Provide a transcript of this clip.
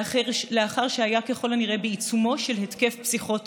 מאחר שהיה ככל הנראה בעיצומו של התקף פסיכוטי,